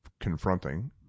confronting